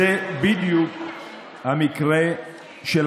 זה בדיוק המקרה של